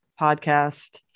podcast